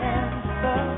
answer